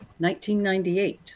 1998